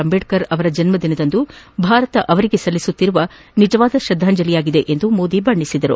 ಅಂಬೇಡ್ನರ್ ಅವರ ಜನ್ನ ದಿನದಂದು ಭಾರತ ಅವರಿಗೆ ಸಲ್ಲಿಸುತ್ತಿರುವ ನಿಜವಾದ ಶ್ರದ್ದಾಂಜಲಿಯಾಗಿದೆ ಎಂದು ಮೋದಿ ಬಣ್ಣೆಸಿದರು